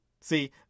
See